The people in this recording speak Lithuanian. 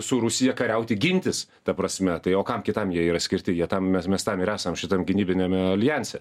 su rusija kariauti gintis ta prasme tai o kam kitam jie yra skirti jie tam mes mes tam ir esam šitam gynybiniame aljanse